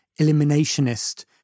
eliminationist